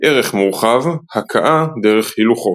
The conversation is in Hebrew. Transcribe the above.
ערך מורחב – הכאה דרך הילוכו